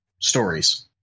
stories